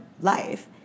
life